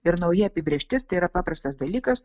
ir nauja apibrėžtis tai yra paprastas dalykas